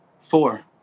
Four